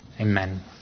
Amen